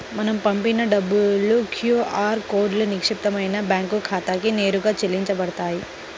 మనం పంపిన డబ్బులు క్యూ ఆర్ కోడ్లో నిక్షిప్తమైన బ్యేంకు ఖాతాకి నేరుగా చెల్లించబడతాయి